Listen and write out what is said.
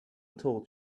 told